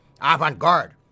Avant-garde